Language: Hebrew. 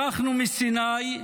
ברחנו מסיני,